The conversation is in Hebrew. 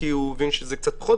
כי הוא הבין שזה קצת ---,